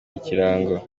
ikirango